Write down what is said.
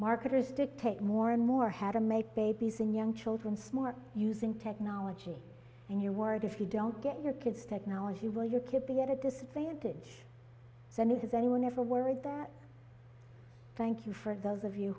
marketers dictate more and more had to make babies and young children smart using technology and you're worried if you don't get your kids technology will your kid be at a disadvantage senate has anyone ever worried that thank you for those of you